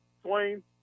Swain